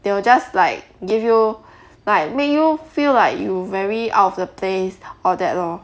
they will just like give you like make you feel like you very out of the place all that lor